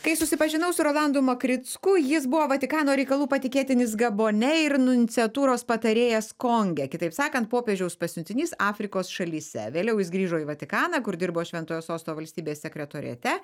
kai susipažinau su rolandu makricku jis buvo vatikano reikalų patikėtinis gabone ir nunciatūros patarėjas konge kitaip sakant popiežiaus pasiuntinys afrikos šalyse vėliau jis grįžo į vatikaną kur dirbo šventojo sosto valstybės sekretoriate